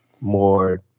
more